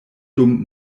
dum